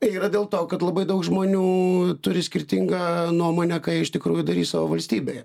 yra dėl to kad labai daug žmonių turi skirtingą nuomonę ką jie iš tikrųjų darys savo valstybėje